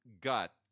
gut